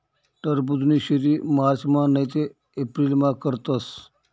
टरबुजनी शेती मार्चमा नैते एप्रिलमा करतस